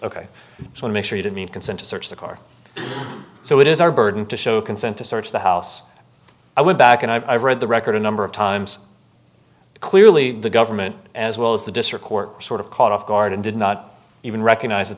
so make sure you didn't consent to search the car so it is our burden to show consent to search the house i went back and i've read the record a number of times clearly the government as well as the district court sort of caught off guard and did not even recognize that